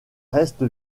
reste